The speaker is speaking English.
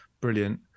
brilliant